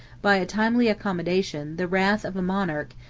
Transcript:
by a timely accommodation, the wrath of a monarch,